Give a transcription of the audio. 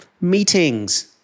meetings